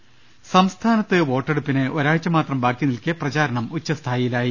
ള ൽ ൾ സംസ്ഥാനത്ത് വോട്ടെടുപ്പിന് ഒരാഴ്ച്ചമാത്രം ബാക്കി നിൽക്കെ പ്രചാരണം ഉച്ചസ്ഥായിയിലായി